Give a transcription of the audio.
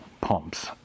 pumps